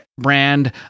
brand